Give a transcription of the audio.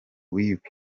with